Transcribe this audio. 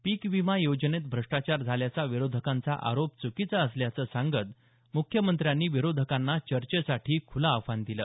पीक विमा योजनेत भ्रष्टाचार झाल्याचा विरोधकांचा आरोप च्कीचा असल्याचं सांगत मुख्यमंत्र्यांनी विरोधकांना चर्चेसाठी खुलं आव्हान दिलं